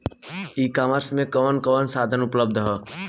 ई कॉमर्स में कवन कवन साधन उपलब्ध ह?